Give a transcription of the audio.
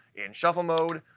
in shuffle mode,